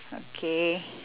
okay